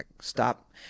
stop